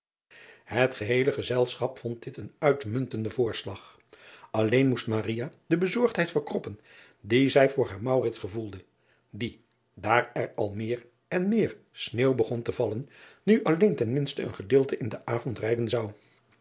et geheele gezelschap vond dit een uitmuntenden voorslag alleen moest de bezorgdheid verkroppen die zij voor haar gevoelde die daar er al meer en meer fneeuw begon te vallen nu alleen ten minste een gedeelte in den avond rijden zou